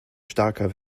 starker